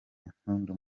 impundu